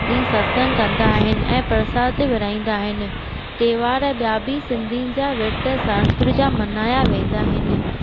ॾींहुं सत्संगु कंदा आहिनि ऐं प्रसाद विरिहाईंदा आहिनि तहिंवार ॿिया बि सिंधियुनि जा विर्तु संस्कार जा मनाया वेंदा आहिनि